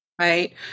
right